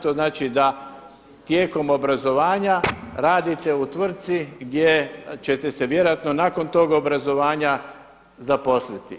To znači da tijekom obrazovanja radite u tvrtki gdje ćete se vjerojatno nakon toga obrazovanja zaposliti.